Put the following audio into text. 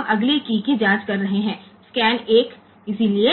આગલી કી તપાસી રહ્યા છીએ